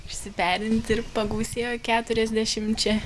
išsiperinti ir pagausėjo keturiasdešimčia